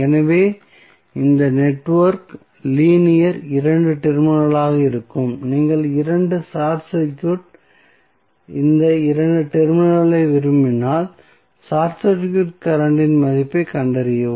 எனவே இந்த network linear 2 டெர்மினலாக இருக்கும் நீங்கள் 2 ஷார்ட் சர்க்யூட் இந்த 2 டெர்மினல்களை விரும்பினால் சர்க்யூட் கரண்ட் இன் மதிப்பைக் கண்டறியவும்